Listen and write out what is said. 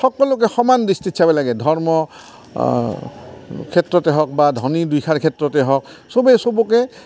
সকলোকে সমান দৃষ্টিত চাব লাগে ধৰ্ম ক্ষেত্ৰতে হওক বা ধনী দুখীয়াৰ ক্ষেত্ৰতে হওক চবেই চবকে